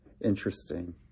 interesting